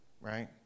right